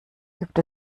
gibt